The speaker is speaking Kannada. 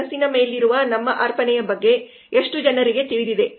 ಮನಸ್ಸಿನ ಮೇಲಿರುವ ನಮ್ಮ ಅರ್ಪಣೆಯ ಬಗ್ಗೆ ಎಷ್ಟು ಜನರಿಗೆ ತಿಳಿದಿದೆ